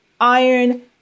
iron